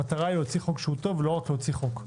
המטרה היא להוציא חוק טוב ולא רק להוציא חוק.